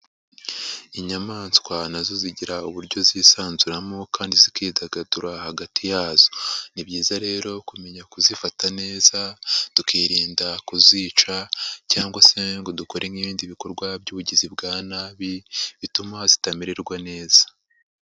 Inyamaswa na zo zigira uburyo zisanzuramo kandi zikidagadura hagati yazo, ni byiza rero kumenya kuzifata neza tukirinda kuzica cyangwa se ngo dukore nk'ibindi bikorwa by'ubugizi bwa nabi bituma zitamererwa neza.